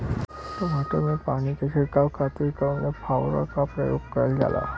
टमाटर में पानी के छिड़काव खातिर कवने फव्वारा का प्रयोग कईल जाला?